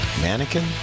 Mannequin